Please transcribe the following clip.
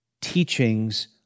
teachings